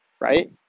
right